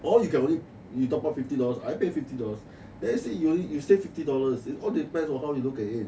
or you can only you top up fifty dollars I pay fifty dollars then I say you only you say fifty dollars it all depends on how you look at it